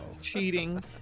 Cheating